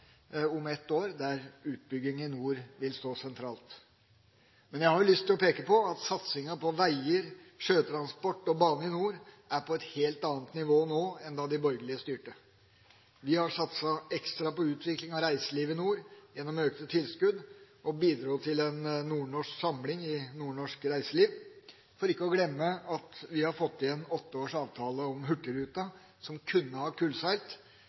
om ett år, der utbygging i nord vil stå sentralt. Jeg har lyst til å peke på at satsinga på veier, sjøtransport og bane i nord er på et helt annet nivå nå enn da de borgerlige styrte. Vi har satset ekstra på utvikling av reiselivet i nord gjennom økte tilskudd, og bidro til en nordnorsk samling i nordnorsk reiseliv – for ikke å glemme at vi har fått igjen en åtte års avtale om Hurtigruta, som kunne ha kullseilt,